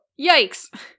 Yikes